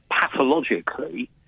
pathologically